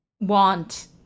Want